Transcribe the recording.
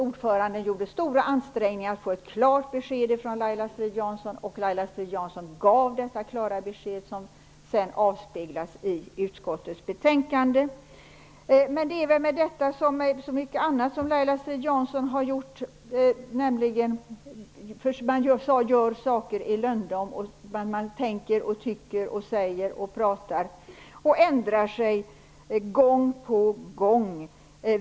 Ordföranden gjorde stora ansträngningar för att få ett klart besked från Laila Strid-Jansson, och Laila Strid-Jansson gav detta klara besked som sedan avspeglades i utskottets betänkande. Men det är väl med detta som med så mycket annat som Laila Strid-Jansson har gjort. Man gör saker i lönndom. Man tänker, tycker, säger, pratar och ändrar sig gång på gång.